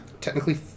Technically